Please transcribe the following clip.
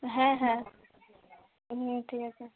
হ্যাঁ হ্যাঁ হুম ঠিক আছে